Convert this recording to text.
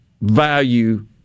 value